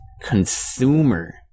consumer